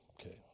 Okay